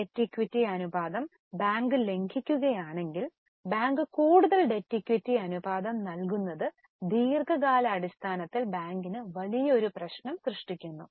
debt equity അനുപാതം bank ലംഘിക്കുകയാണെങ്കിൽ bank കൂടുതൽ ഡെറ്റ് ഇക്വിറ്റി അനുപാതം നൽകുന്നത് ദീർഘകാലാടിസ്ഥാനത്തിൽ ബാങ്കിന് ഒരു പ്രശ്നം ആകുന്നു